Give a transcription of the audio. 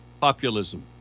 Populism